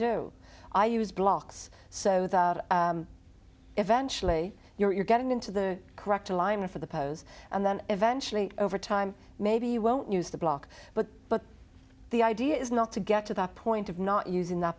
do i use blocks so that eventually you're getting into the correct alignment for the pose and then eventually over time maybe you won't use the block but but the idea is not to get to that point of not using that